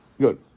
Good